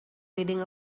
reading